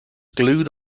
glued